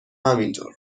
همینطور